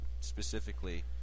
specifically